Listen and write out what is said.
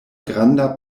granda